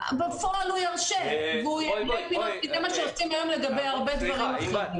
בפועל הוא ירשה כי זה מה שעושים היום לגבי הרבה דברים אחרים.